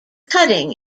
cutting